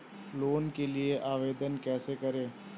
Loan के लिए आवेदन कैसे करें?